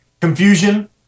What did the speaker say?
confusion